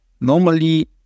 Normally